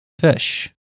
fish